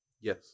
Yes